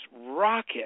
rocket